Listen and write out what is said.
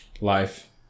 life